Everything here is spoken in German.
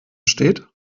steht